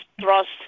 trust